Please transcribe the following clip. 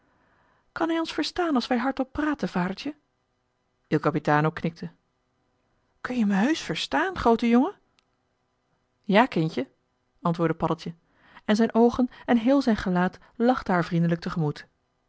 kan hij ons verstaan als wij hardop praten vadertje il capitano knikte kun-je me heusch verstaan groote jongen ja kindje antwoordde paddeltje en zijn oogen en heel zijn gelaat lachte haar vriendelijk